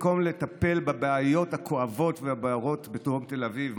במקום לטפל בבעיות הכואבות והבוערות בדרום תל אביב,